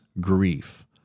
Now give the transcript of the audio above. grief